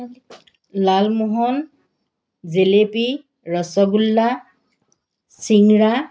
লালমোহন জেলেপী ৰসগোল্লা চিঙৰা